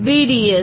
VD S